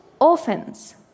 orphans